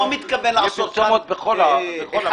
אחד.